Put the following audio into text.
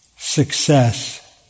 success